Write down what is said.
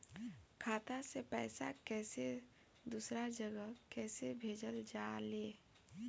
खाता से पैसा कैसे दूसरा जगह कैसे भेजल जा ले?